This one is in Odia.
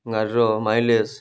ଗାଡ଼ିର ମାଇଲେଜ୍